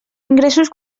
ingressos